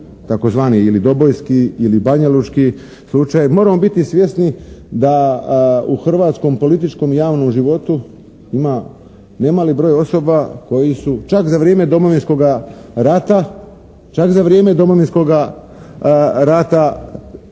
tzv. ili Dobojski i Banjalučki slučaj. Moramo biti svjesni da u hrvatskom političkom i javnom životu ima nemali broj osoba koji su čak za vrijeme Domovinskoga rata stjecali ta